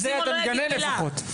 סימון לא יגיד מילה.